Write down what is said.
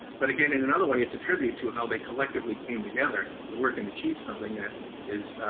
but again, in another way, it's attribute to how they collectively came together to work and achieve something that is,